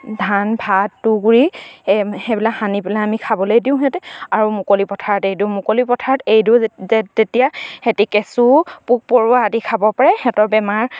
ধান ভাত তুঁহগুড়ি সেইবিলাক সানি পেলাই আমি খাবলে দিওঁ সিহঁতে আৰু মুকলি পথাৰত এৰি দিওঁ মুকলি পথাৰত এৰি দিওঁ যেতিয়া সিহঁতি কেঁচু পোক পৰুৱা আদি খাব পাৰে সিহঁতৰ বেমাৰ